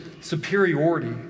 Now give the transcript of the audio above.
superiority